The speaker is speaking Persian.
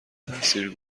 تأثیر